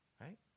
right